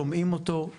שומעים אותו,